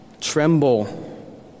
tremble